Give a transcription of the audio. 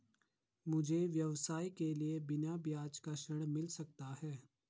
मुझे व्यवसाय के लिए बिना ब्याज का ऋण मिल सकता है?